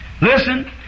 Listen